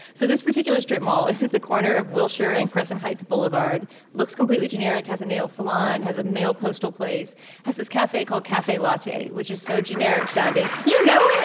so this particular strip mall is at the corner of wilshire and crescent heights boulevard looks completely generic has a nail salon has a male postal place has this cafe called cafe latte which is so generic sounding you know.